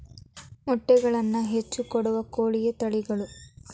ಮೊಟ್ಟೆಗಳನ್ನ ಹೆಚ್ಚ ಕೊಡುವ ಕೋಳಿಯ ತಳಿಗಳು